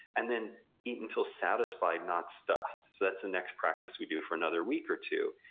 and then eat until satisfied, not stuffed so that's the next practice we do for another week or two.